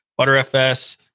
ButterFS